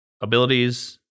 abilities